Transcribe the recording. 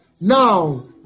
Now